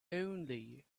only